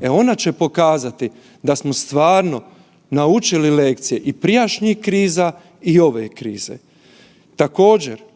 E ona će pokazati da smo stvarno naučili lekcije i prijašnjih kriza i ove krize. Također